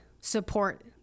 support